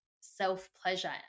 self-pleasure